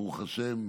ברוך השם,